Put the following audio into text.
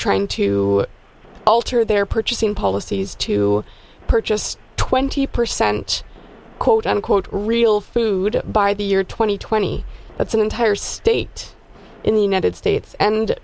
trying to alter their purchasing policies to purchase twenty percent quote unquote real food by the year two thousand and twenty that's an entire state in the united states and